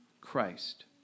Christ